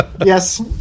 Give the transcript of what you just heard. Yes